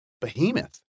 Behemoth